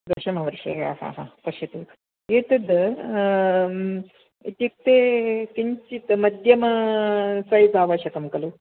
दशमवर्षीयः सः पश्यतु एतद् म्म् इत्युक्ते किञ्चित् मध्यमा सैज़् आवश्यकं खलु